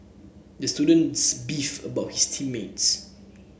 the students beefed about his team mates